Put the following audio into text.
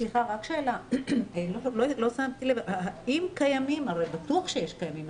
הרי בטוח שקיימים,